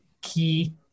key